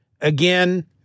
again